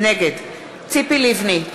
נגד ציפי לבני,